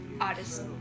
artist